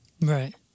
right